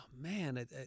man